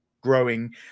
growing